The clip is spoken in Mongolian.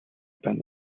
байна